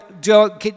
Joe